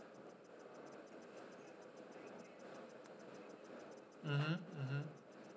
mmhmm mmhmm